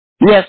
Yes